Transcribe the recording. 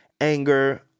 anger